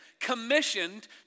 commissioned